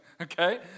Okay